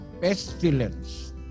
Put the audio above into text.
pestilence